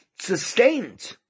Sustained